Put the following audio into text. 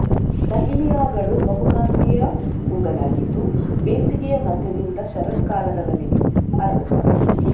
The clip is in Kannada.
ಡಹ್ಲಿಯಾಗಳು ಬಹುಕಾಂತೀಯ ಹೂವುಗಳಾಗಿದ್ದು ಬೇಸಿಗೆಯ ಮಧ್ಯದಿಂದ ಶರತ್ಕಾಲದವರೆಗೆ ಅರಳುತ್ತವೆ